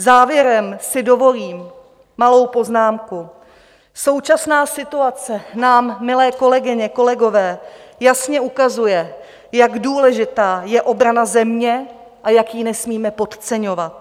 Závěrem si dovolím malou poznámku: Současná situace nám, milé kolegyně, kolegové, jasně ukazuje, jak důležitá je obrana země a jak ji nesmíme podceňovat.